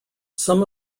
some